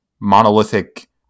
monolithic